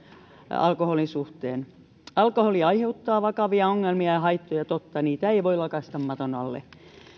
alkoholin suhteen alkoholi aiheuttaa vakavia ongelmia ja haittoja totta niitä ei voi lakaista maton alle